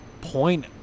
point